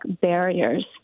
barriers